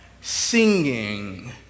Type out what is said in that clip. Singing